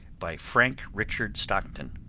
by frank richard stockton